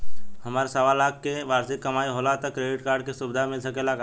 हमार सवालाख के वार्षिक कमाई होला त क्रेडिट कार्ड के सुविधा मिल सकेला का?